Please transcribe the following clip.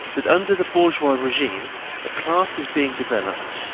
that under the bourgeois regime a class is being developed,